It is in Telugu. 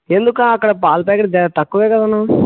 ఎందుకు అక్కడ పాల ప్యాకెట్ తక్కువే కదన్నా